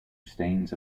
staines